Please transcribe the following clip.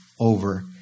over